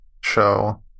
show